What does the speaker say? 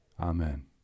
Amen